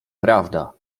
prawda